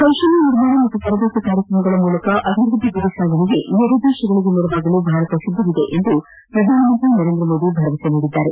ಕೌಶಲ್ಯ ನಿರ್ಮಾಣ ಹಾಗೂ ತರದೇತಿ ಕಾರ್ಯಕ್ರಮಗಳ ಮೂಲಕ ಅಭಿವೃದ್ದಿ ಗುರಿ ಸಧನೆಗೆ ನೆರೆ ರಾಷ್ಟಗಳಗೆ ನೆರವಾಗಲು ಭಾರತ ಸಿದ್ದವಿದೆ ಎಂದು ಪ್ರಧಾನಮಂತ್ರಿ ನರೇಂದ್ರ ಮೋದಿ ಹೇಳಿದ್ದಾರೆ